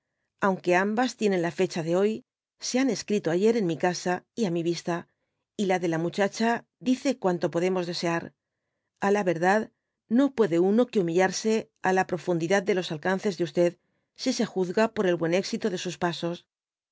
aimque ambas tienen la fecha de hoy se han escrito ayer en mi casa y á mi yista y la de la muchacha dice cuanto podemos desear a la verdad no puede uno que humillársela la profundidad de los alcanzes de si se juzga por el buen éxito de sus pasos